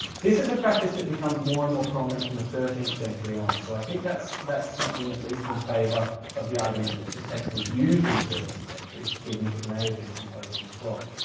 this is a practice that becomes more and more prominent from the thirteenth century on. so i think that's that's something at least in favor of the argument that the text was used in the thirteenth century, even if it may have been composed in the twelfth.